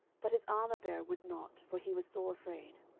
but his armourbearer would not for he was sore afraid.